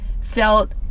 felt